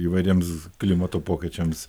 įvairiems klimato pokyčiams